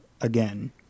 again